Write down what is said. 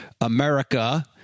America